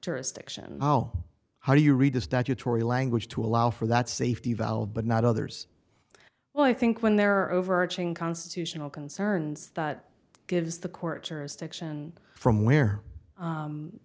jurisdiction how how do you read the statutory language to allow for that safety valve but not others well i think when there are overarching constitutional concerns that gives the court jurisdiction from where